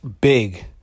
big